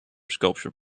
sculpture